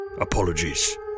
Apologies